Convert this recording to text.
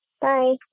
Bye